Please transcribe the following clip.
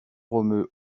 romeu